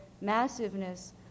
massiveness